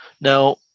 now